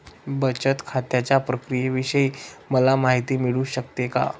बचत खात्याच्या प्रक्रियेविषयी मला माहिती मिळू शकते का?